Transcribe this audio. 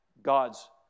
God's